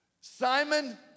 Simon